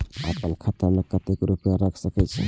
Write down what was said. आपन खाता में केते रूपया रख सके छी?